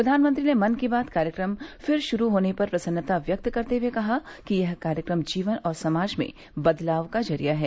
प्रधानमंत्री ने मन की बात कार्यक्रम फिर शुरू होने पर प्रसन्नता व्यक्त करते हुए कहा कि यह कार्यक्रम जीवन और समाज में बदलाव का जरिया है